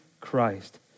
Christ